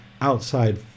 outside